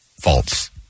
false